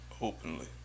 Openly